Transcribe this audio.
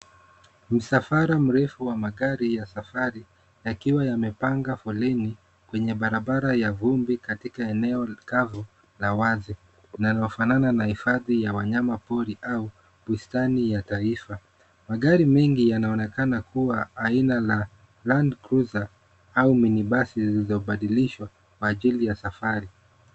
Msafara mrefu wa magari ya safari yakiwa yamepanga foleni kwenye bara bara ya vumbi katika eneo kavu na wazi. Kunafanana na hifadhi ya wanyama pori au bustani ya taifa. Magari mengi yanaonekana kuwa aina la landcrusier au mini basi zilizobadilishwa kwa ajili ya safari.